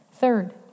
Third